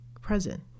present